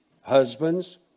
Husbands